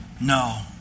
No